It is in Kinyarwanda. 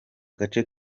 gace